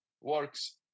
works